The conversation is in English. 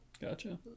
Gotcha